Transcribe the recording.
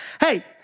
hey